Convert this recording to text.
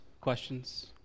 Questions